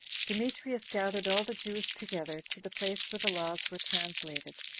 demetrius gathered all the jews together to the place where the laws were translated,